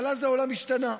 אבל אז העולם השתנה.